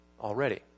already